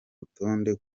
rutonde